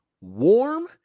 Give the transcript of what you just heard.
warm